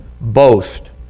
boast